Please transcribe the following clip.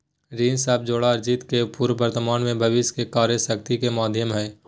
ऋण सब जोड़ अर्जित के पूर्व वर्तमान में भविष्य के क्रय शक्ति के माध्यम हइ